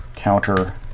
counter